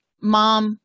mom